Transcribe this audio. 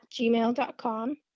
gmail.com